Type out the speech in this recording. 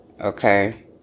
Okay